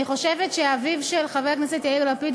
אני חושבת שאביו של חבר הכנסת יאיר לפיד,